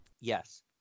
Yes